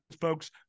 folks